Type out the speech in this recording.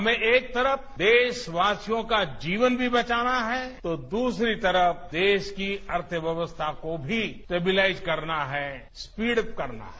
हमें एक तरफ देशवासियों का जीवन भी बचाना है तो दूसरी तरफ देश की अर्थव्यवस्था को भी स्टेबुलाइज करना हैए स्पीडअप करना है